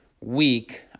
week